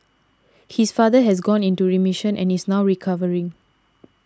his father has gone into remission and is now recovering